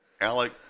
Alec